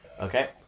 okay